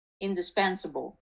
indispensable